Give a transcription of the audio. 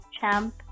CHAMP